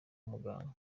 muganga